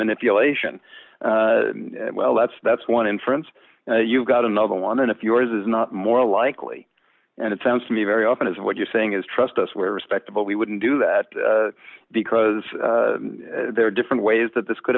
manipulation well that's that's one inference and you've got another one and if yours is not more likely and it sounds to me very often is what you're saying is trust us where respectable we wouldn't do that because there are different ways that this could